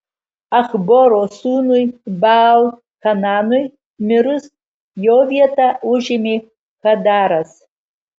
achboro sūnui baal hananui mirus jo vietą užėmė hadaras